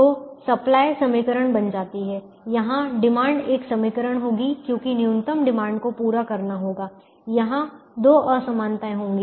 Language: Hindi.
तो सप्लाई समीकरण बन जाती है यहां डिमांड एक समीकरण होगी क्योंकि न्यूनतम डिमांड को पूरा करना होगा यहां दो असमानताएं होंगी